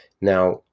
now